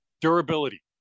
Durability